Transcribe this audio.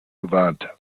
gewarnt